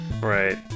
Right